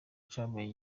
cabaye